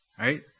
right